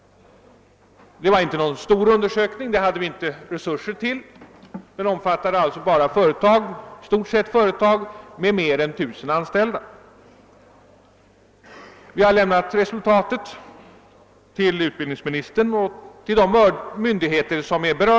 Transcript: Det var inte någon stor undersökning — en sådan hade vi inte resurser till. Den omfattade i stort sett endast företag med mer än 1 000 anställda, och vi har överlämnat resultatet av undersökningen till utbildningsministern och berörda myndigheter.